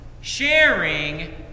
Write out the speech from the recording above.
sharing